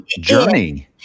journey